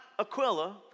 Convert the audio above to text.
Aquila